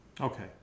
Okay